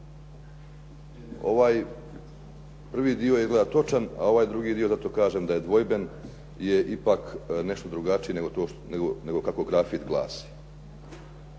Ovaj prvi dio je izgleda točan, a ovaj drugi dio, zato kažem da je dvojben, je ipak nešto drugačiji nego kako grafit glasi.